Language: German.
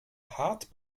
hart